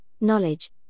knowledge